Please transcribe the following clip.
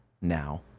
now